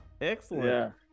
Excellent